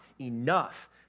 enough